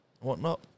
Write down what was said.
whatnot